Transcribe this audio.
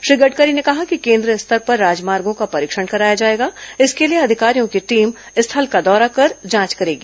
श्री गडकरी ने कहा कि केंद्रीय स्तर पर राजमार्गो का परीक्षण कराया जाएगा इसके लिए अधिकारियों की टीम स्थल का दौरा कर जांच करेगी